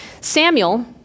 Samuel